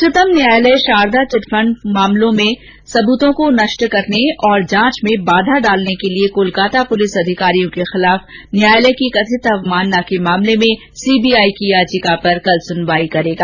उच्चतम न्यायालय शारदा चिटफंड मामले में सबूतों को नष्ट करने और जांच में बाधा डालने के लिए कोलकाता पुलिस अधिकारियों के खिलाफ न्यायालय की कथित अवमानना के मामले में सीबीआई की याचिका पर कल सुनवाई करेगा